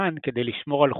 בשומן כדי לשמור על חומו,